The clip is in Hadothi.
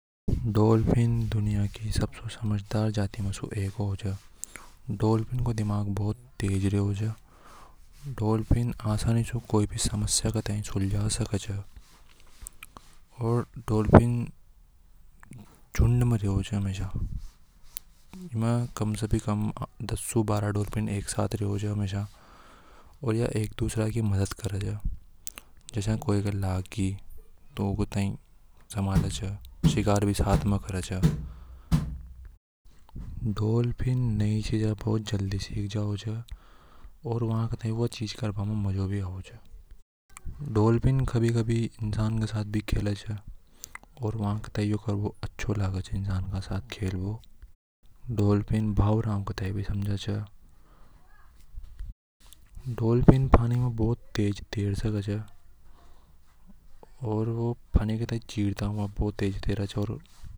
डॉल्फिन दुनिया की सबसे समझदार जाती में से एक होवे छ डॉल्फ़िन को दिमाग बहुत तेज रेवे छ डॉल्फिन आसानी से कोई भी समस्या को सुलझा सके और डॉल्फिन झुंड में रेवे छ दस से बारह डॉल्फिन एक साथ रेवे छ हमेशा ओर ये एक दूसरा की मदद करे छ जसा। कोई के लाग गी तो उकू थाई संभाले छ शिकार भी साथ में करे छ डॉल्फिन कोई भी चीज आसानी से सिख जावे और व का थाई व चीज करवा में मजा भी आवे डॉल्फिन कभी कभी इंसान के साथ भी खेले छ। और उन्हें अच्छों लगे इंसान के साथ खेलबो। डॉल्फ़िन भावनाओं को भी समझे छ डॉल्फिन पानी में भूत तेज तेर सके से ओर वा पानी को चीरते हुए तैरती हे।